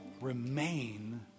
remain